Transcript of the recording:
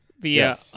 via